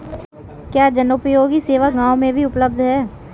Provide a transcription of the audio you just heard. क्या जनोपयोगी सेवा गाँव में भी उपलब्ध है?